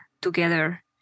together